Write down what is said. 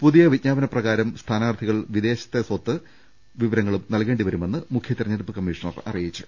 പുതിയ വിജ്ഞാപനപ്ര കാരം സ്ഥാനാർത്ഥികൾ വിദേശത്തെ സ്വത്ത് വിവരങ്ങളും നൽകേണ്ടിവരു മെന്ന് മുഖ്യ തെരഞ്ഞെടുപ്പ് കമ്മീഷണർ അറിയിച്ചു